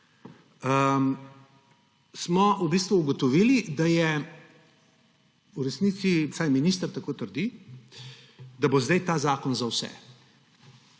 ugotovili, da bo v resnici, vsaj minister tako trdi, da bo zdaj ta zakon za vse.